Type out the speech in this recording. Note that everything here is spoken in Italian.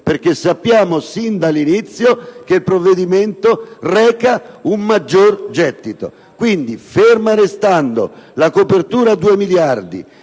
perché sappiamo fin dall'inizio che tale misura reca un maggiore gettito. Quindi, ferma restando la copertura a 2 miliardi